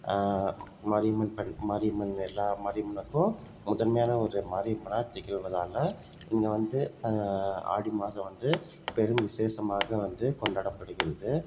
மாரியம்மன் ப மாரியம்மன் எல்லார் மாரியம்மனுக்கும் முதன்மையான ஒரு மாரியம்மனாக திகழ்வதால இங்கே வந்து ஆடி மாதம் வந்து பெரும் விசேஷமாக வந்து கொண்டாடப்படுகின்றது